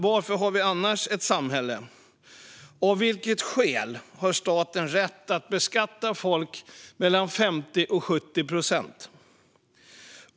Varför har vi annars ett samhälle? Av vilket skäl har staten rätt att beskatta folk med 50-70 procent av deras inkomster?